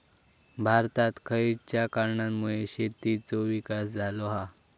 भारतात खयच्या कारणांमुळे शेतीचो विकास झालो हा?